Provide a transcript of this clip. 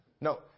No